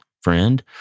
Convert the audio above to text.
friend